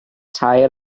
tair